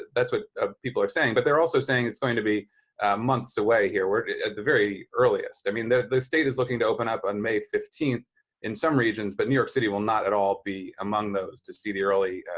that's what ah people are saying. but they're also saying it's going to be months away here, at the very earliest. i mean, the state is looking to open up on may fifteenth in some regions, but new york city will not at all be among those to see the early,